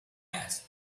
asked